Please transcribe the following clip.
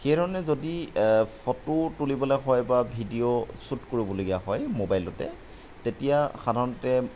সেই ধৰণে যদি ফটো তুলিবলৈ হয় বা ভিডিঅ' শ্বুট কৰিবলগীয়া হয় মোবাইলতে তেতিয়া সাধাৰণতে